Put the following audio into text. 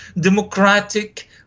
democratic